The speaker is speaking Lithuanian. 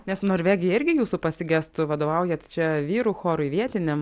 nes norvegija irgi jūsų pasigestų vadovaujat čia vyrų chorui vietiniam